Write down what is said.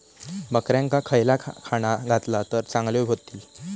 बकऱ्यांका खयला खाणा घातला तर चांगल्यो व्हतील?